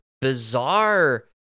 bizarre